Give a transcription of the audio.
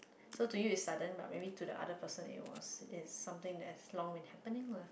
so do you as sudden but maybe to the other person it was it something that has long with happening what